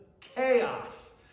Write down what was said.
chaos